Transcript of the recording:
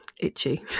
itchy